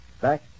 back